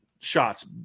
shots